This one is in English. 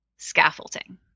Scaffolding